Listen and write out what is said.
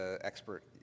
expert